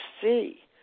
see